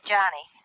Johnny